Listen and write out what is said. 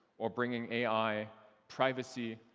or bringing ai privacy,